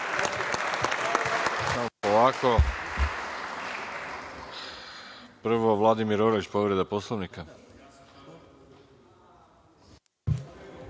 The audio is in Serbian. Arsić** Prvo Vladimir Orlić, povreda Poslovnika.